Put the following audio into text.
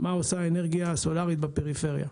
מה שעושה האנרגיה הסולארית בפריפריה.